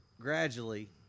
gradually